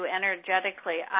energetically